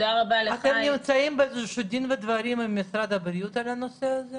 אתם נמצאים באיזה שהוא דין ודברים עם משרד הבריאות על הנושא הזה